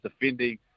defending